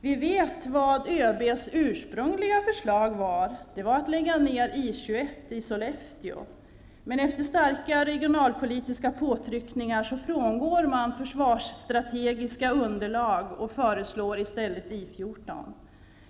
Vi vet vad ÖB:s ursprungliga förslag var. Det var att lägga ner I 21 i Sollefteå. Men efter starka regionalpolitiska påtryckningar frångick man försvarsstrategiska underlag och föreslog i stället I 14.